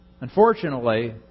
Unfortunately